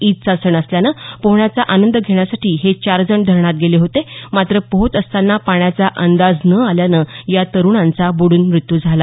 ईदचा सण असल्यानं पोहण्याचा आनंद घेण्यासाठी हे चार जण धरणात गेले होते मात्र पोहत असतांना पाण्याचा अंदाज न आल्यानं या तरूणांचा बुडून मृत्यु झाला